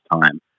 time